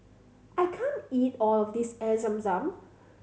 I can't eat all of this Air Zam Zam